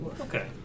Okay